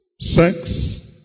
sex